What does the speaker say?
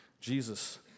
Jesus